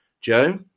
Joe